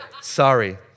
Sorry